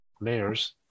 layers